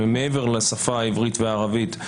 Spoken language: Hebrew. מעבר לשפה העברית והערבית.